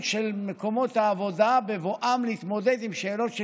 של מקומות העבודה בבואם להתמודד עם שאלות של